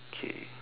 okay